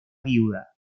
viuda